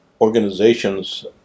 organizations